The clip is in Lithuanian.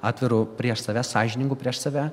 atviru prieš save sąžiningu prieš save